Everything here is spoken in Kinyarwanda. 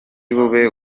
bube